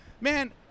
Man